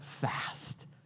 fast